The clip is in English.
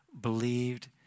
believed